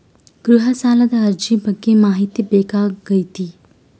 ಗೃಹ ಸಾಲದ ಅರ್ಜಿ ಬಗ್ಗೆ ಮಾಹಿತಿ ಬೇಕಾಗೈತಿ?